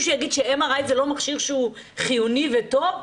שיגיד ש-MRIזה לא מכשיר חיוני וטוב?